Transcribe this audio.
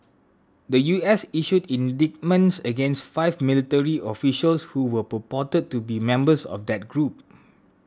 the U S issued indictments against five military officials who were purported to be members of that group